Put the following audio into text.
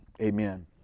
Amen